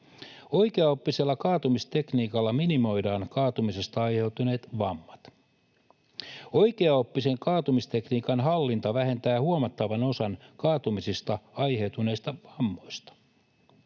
Oikeaoppisella kaatumistekniikalla minimoidaan kaatumisesta aiheutuneet vammat. Oikeaoppisen kaatumistekniikan hallinta vähentää huomattavaa osaa kaatumisista aiheutuneista vammoista,